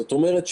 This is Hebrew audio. זאת אומרת,